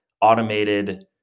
automated